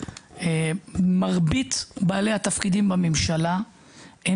למרבית בעלי התפקידים בממשלה אין